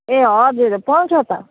ए हजुर पाउँछ त